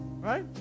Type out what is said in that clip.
Right